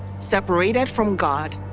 separated from god,